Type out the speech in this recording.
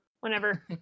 Whenever